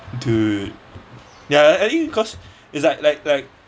dude ya I think cause is like like like